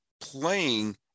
playing